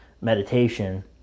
meditation